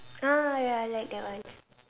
ah ya I like that one